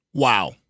Wow